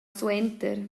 suenter